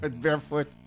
barefoot